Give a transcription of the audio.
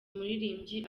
umuririmbyi